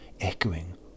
echoing